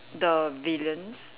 the villains